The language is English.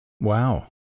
Wow